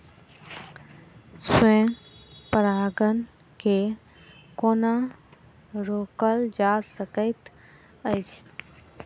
स्व परागण केँ कोना रोकल जा सकैत अछि?